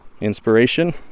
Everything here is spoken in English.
inspiration